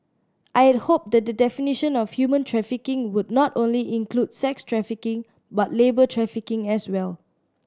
I had hoped that the definition of human trafficking would not only include sex trafficking but labour trafficking as well